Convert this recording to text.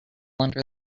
under